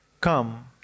come